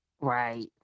Right